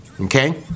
Okay